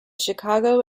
chicago